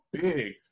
big